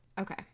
Okay